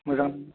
मोजां